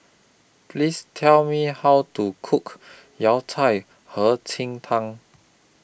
Please Tell Me How to Cook Yao Cai Hei Qing Tang